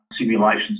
simulations